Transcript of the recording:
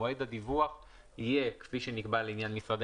מועד הדיווח יהיה כפי שנקבע לעניין משרדי